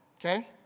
Okay